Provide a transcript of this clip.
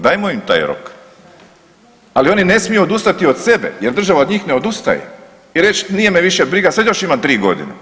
Dajmo im taj rok ali oni ne smiju odustati od sebe jer država od njih ne odustaje i reć nije više briga, sad još imam 3 godine.